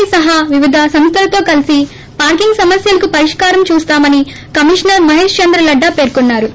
see సహా వివిధ సంస్థలతో కలిసి పార్కింగ్ సమస్యలకు పరిష్కారం చూస్తామని కమిషనర్ మహేష్ చంద్ర లడ్డా పేర్కొన్నారు